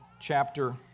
chapter